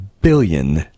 billion